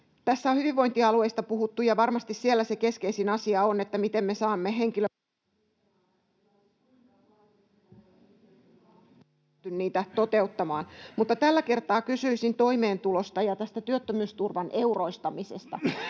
Tässä on hyvinvointialueista puhuttu, ja varmasti siellä se keskeisin asia on, miten me saamme henkilö... [Mikrofoni sulkeutuu] niitä toteuttamaan. Mutta tällä kertaa kysyisin toimeentulosta ja tästä työttömyysturvan euroistamisesta.